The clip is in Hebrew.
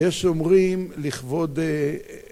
‫יש שאומרים, לכבוד...